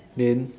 then